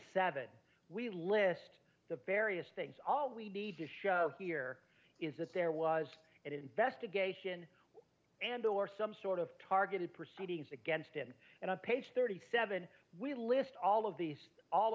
seven we list the various things all we need to show here is that there was an investigation and or some sort of targeted proceedings against him and on page thirty seven we list all of these all